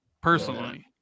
Personally